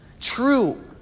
true